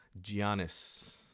Giannis